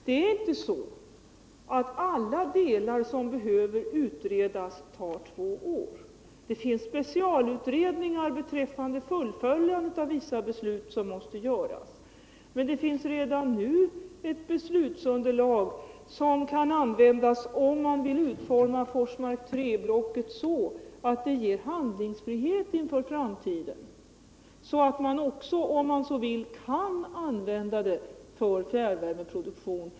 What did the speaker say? Det är inte så att genomgången av alla delar som behöver utredas tar två år. Det finns specialutredningar beträffande fullföljandet av vissa beslut som måste genomföras, men det finns redan nu ett beslutsunderlag som kan användas, om man vill utforma Forsmark 3-blocket så att det ger handlingsfrihet inför framtiden, också i vad gäller fjärrvärmeproduktion.